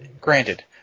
granted